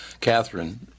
Catherine